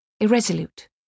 irresolute